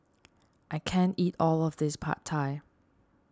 I can't eat all of this Pad Thai